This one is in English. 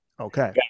Okay